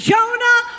Jonah